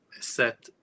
set